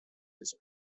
his